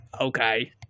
Okay